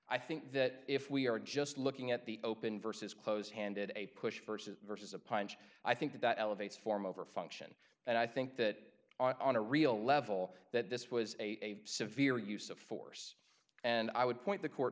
i think that if we are just looking at the open versus close handed a push versus versus a punch i think that elevates form over function and i think that on a real level that this was a severe use of force and i would point the court